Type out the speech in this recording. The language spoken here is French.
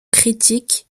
critique